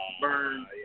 Burn